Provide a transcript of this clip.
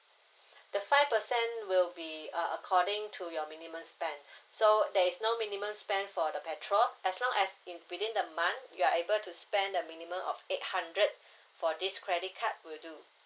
the five percent will be uh according to your minimum spend so there is no minimum spend for the petrol as long as in within the month you are able to spend the minimum of eight hundred for this credit card will do